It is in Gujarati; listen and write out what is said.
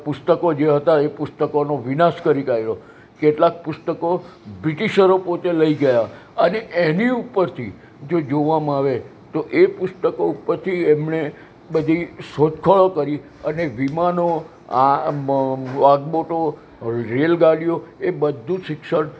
પુસ્તકો જે હતાં એ પુસ્તકોનો વિનાશ કરી કાઢ્યો કેટલાંક પુસ્તકો બ્રિટિશરો પોતે લઈ ગયા અને એની ઉપરથી જો જોવામાં આવે તો એ પુસ્તકો ઉપરથી એમણે બધી શોધખોળો કરી અને વિમાનો આ આગબોટો રેલગાડીઓ એ બધું શિક્ષણ